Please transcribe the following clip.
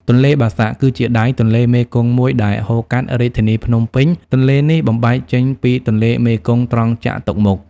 ទន្លេបាសាក់ គឺជាដៃទន្លេមេគង្គមួយដែលហូរកាត់រាជធានីភ្នំពេញ។ ទន្លេនេះបំបែកចេញពីទន្លេមេគង្គត្រង់ចតុមុខ។